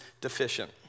deficient